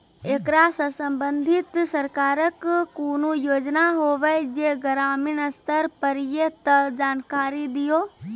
ऐकरा सऽ संबंधित सरकारक कूनू योजना होवे जे ग्रामीण स्तर पर ये तऽ जानकारी दियो?